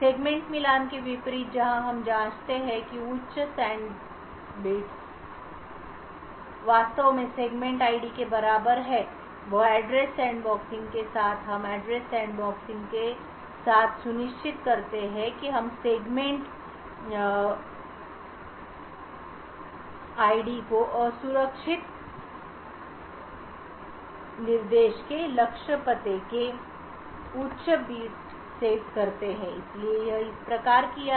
segment मिलान के विपरीत जहां हम जांचते हैं कि उच्च सैंड बिट्स वास्तव में सेगमेंट आईडी के बराबर हैं वह एड्रेस सैंडबॉक्सिंग के साथ सुनिश्चित करते हैं कि हम सेगमेंट आईडी को असुरक्षित निर्देश के लक्ष्य पते के उच्च बिट सेट करते हैं इसलिए यह इस प्रकार किया गया